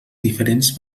diferents